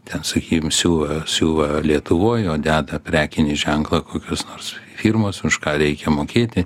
ten sakykim siuva siuva lietuvoj o deda prekinį ženklą kokios nors firmos už ką reikia mokėti